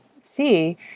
see